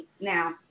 now